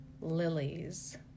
Lilies